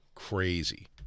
Crazy